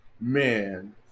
Man